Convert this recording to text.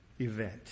event